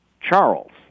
Charles